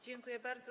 Dziękuję bardzo.